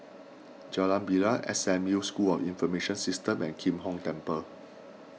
Jalan Bilal S M U School of Information Systems and Kim Hong Temple